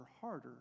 harder